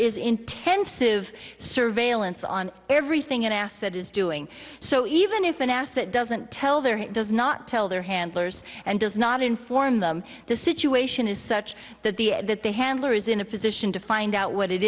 is intensive surveillance on everything an asset is doing so even if an assett doesn't tell there he does not tell their handlers and does not inform them the situation is such that the that the handler is in a position to find out what it